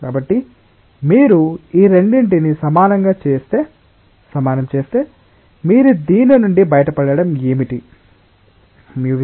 కాబట్టి మీరు ఈ రెండింటినీ సమానం చేస్తే మీరు దీని నుండి బయటపడటం ఏమిటి